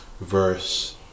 verse